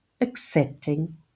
accepting